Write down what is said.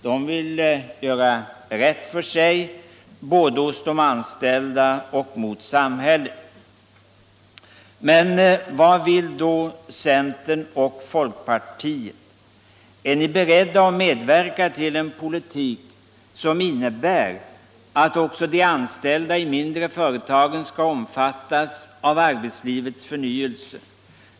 De vill göra rätt för sig både hos de anställda och mot samhället. Men vad vill då centern och folkpartiet? Är ni beredda att medverka till en politik, som innebär att också de anställda i de mindre företagen skall omfattas av arbetslivets förnyelse?